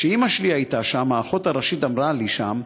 כשאימא שלי הייתה שם, האחות הראשית אמרה לי שם: